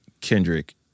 Kendrick